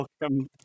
welcome